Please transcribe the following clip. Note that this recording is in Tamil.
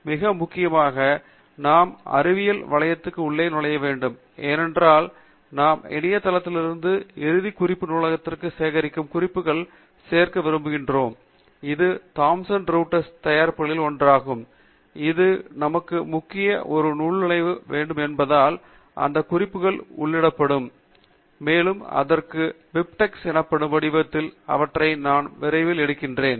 மிக முக்கியமானது நாம் அறிவியல் வலைக்கு உள்நுழைய வேண்டும் ஏனென்றால் நாம் இணைய தளத்திலிருந்து இறுதி குறிப்பு நூலகத்திற்குள் சேகரிக்கும் குறிப்புகளை சேர்க்க விரும்புகிறோம் இது தாம்சன் ரய்ட்டர்ஸ் தயாரிப்புகளில் ஒன்றாகும் இது நமக்கு முக்கியம் ஒரு உள்நுழைவு வேண்டும் என்பதால் அந்த குறிப்புகள் உள்ளிடப்படும் மற்றும் அதற்குப் பிறகு பிபிடெக்ஸ் எனப்படும் வடிவத்தில் அவற்றை நான் விரைவில் எடுக்கிறேன்